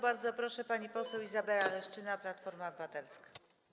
Bardzo proszę, pani poseł Izabela Leszczyna, Platforma Obywatelska.